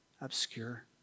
obscure